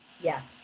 Yes